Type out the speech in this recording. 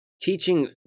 teaching